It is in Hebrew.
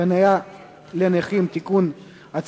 חנייה לנכים (תיקון,